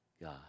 God